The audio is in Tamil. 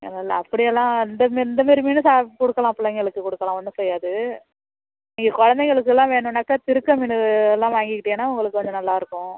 இல்லைல்ல அப்படியெல்லாம் அந்த இந்தமாரி மீனுக்கு கொடுக்கலாம் பிள்ளைங்களுக்கு கொடுக்கலாம் ஒன்றும் செய்யாது நீங்கள் குழந்தைங்களுக்கெல்லாம் வேணும்ன்னாக்கா திருக்கை மீன் எல்லாம் வாங்கிக்கிட்டிங்கன்னா உங்களுக்கு கொஞ்சம் நல்லா இருக்கும்